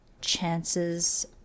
chances